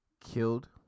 killed